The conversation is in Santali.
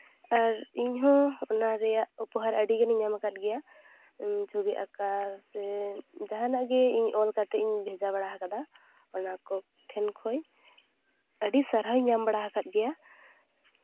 ᱟᱨ ᱤᱧᱦᱚᱸ ᱚᱱᱟ ᱨᱮᱭᱟᱜ ᱩᱯᱚᱦᱟᱨ ᱟᱹᱰᱤ ᱜᱟᱱᱤᱧ ᱧᱟᱢ ᱟᱠᱟᱫ ᱜᱮᱭᱟ ᱪᱷᱚᱵᱤ ᱟᱸᱠᱟᱣ ᱥᱮ ᱡᱟᱦᱟᱱᱟᱜ ᱤᱧ ᱚᱞ ᱠᱟᱛᱮᱜ ᱤᱧ ᱵᱷᱮᱡᱟ ᱵᱟᱲᱟ ᱠᱟᱫᱟ ᱚᱱᱟᱠᱚ ᱴᱷᱮᱱ ᱠᱷᱚᱡ ᱟᱹᱰᱤ ᱥᱟᱨᱦᱟᱣ ᱤᱧ ᱧᱟᱢ ᱵᱟᱲᱟ ᱠᱟᱜ ᱜᱮᱭᱟ